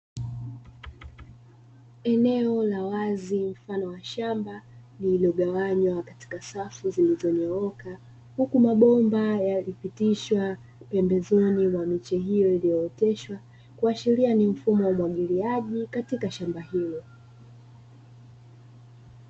Eneo la wazi mfano wa shamba lililogawanywa katika safu zilizonyooka, huku mabomba yamepitishwa pembezoni mwa miche hiyo iliyooteshwa kuashiria ni mfumo wa umwagiliaji, katika shamba hilo.